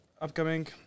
upcoming